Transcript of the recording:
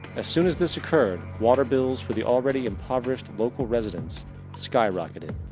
as soon as this occured waterbills for the allready impoverished local residents skyrocketed.